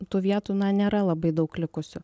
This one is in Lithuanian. tų vietų na nėra labai daug likusių